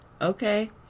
Okay